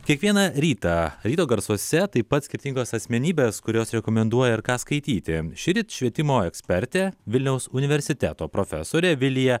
kiekvieną rytą ryto garsuose taip pat skirtingos asmenybės kurios rekomenduoja ir ką skaityti šįryt švietimo ekspertė vilniaus universiteto profesorė vilija